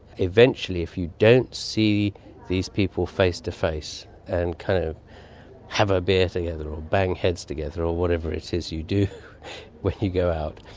eventually if you don't see these people face-to-face and kind of have a beer together or bang heads together or whatever it is you do when you go out,